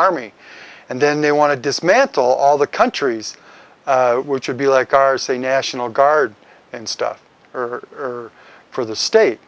army and then they want to dismantle all the countries which would be like our say national guard and stuff are for the state